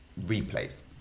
replays